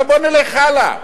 עכשיו בוא נלך הלאה.